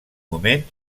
moment